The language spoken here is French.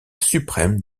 suprême